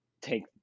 take